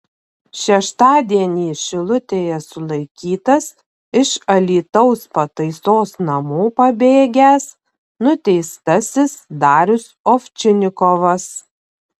šeštadienį šilutėje sulaikytas iš alytaus pataisos namų pabėgęs nuteistasis darius ovčinikovas